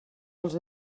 els